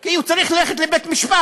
כי הוא צריך ללכת לבית-משפט.